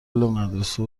مدرسه